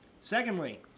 Secondly